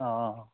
অঁ